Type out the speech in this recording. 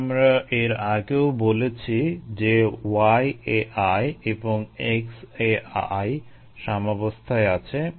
এটা আমরা এর আগেও বলেছি যে yAi এবং xAi সাম্যাবস্থায় আছে